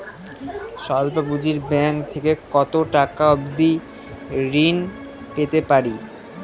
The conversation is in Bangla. স্বল্প পুঁজির ব্যাংক থেকে কত টাকা অবধি ঋণ পেতে পারি?